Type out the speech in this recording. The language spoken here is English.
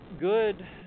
good